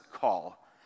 call